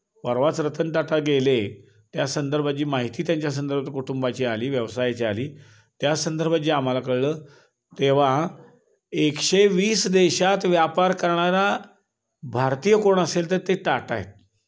परवाच रतन टाटा गेले त्या संदर्भात जी माहिती त्यांच्या संदर्भात कुटुंबाची आली व्यवसायाची आली त्या संदर्भात जे आम्हाला कळलं तेव्हा एकशे वीस देशात व्यापार करणारा भारतीय कोण असेल तर ते टाटा आहेत